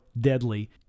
deadly